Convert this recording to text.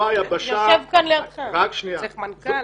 הוא יושב כאן לידך, צריך מנכ"ל?